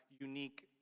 unique